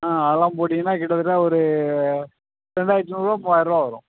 ஆ அதெல்லாம் போட்டீங்கன்னா கிட்டத்தட்ட ஒரு ரெண்டாயிரத்தி நூறுரூவா மூவாயரருவா வரும்